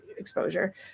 exposure